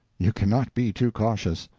you cannot be too cautious.